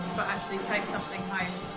but actually take something like